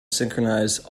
synchronize